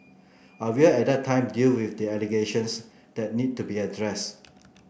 I will at that time deal with the allegations that need to be addressed